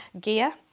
gear